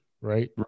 Right